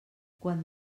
quan